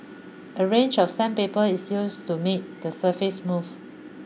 a range of sandpaper is used to make the surface smooth